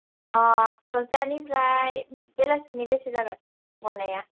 अ दसथा निफ्राय बेलासिनि बेसे जागोन गनाया